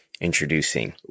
introducing